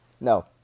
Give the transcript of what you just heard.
no